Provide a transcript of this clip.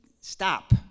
stop